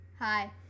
Hi